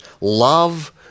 love